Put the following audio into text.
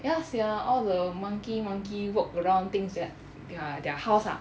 ya sia all the monkey monkey walk around thinks that their house ah